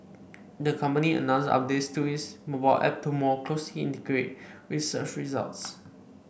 the company announced updates to its mobile app to more closely integrate news with search results